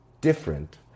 different